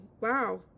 wow